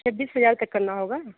छब्बीस हज़ार तक करना होगा